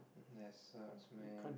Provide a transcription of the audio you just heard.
that sucks man